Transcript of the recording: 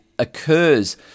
occurs